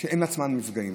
הם עצמם נפגעים.